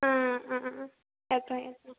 आं आं आं येता येता